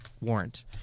warrant